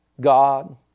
God